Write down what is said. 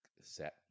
set